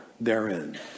therein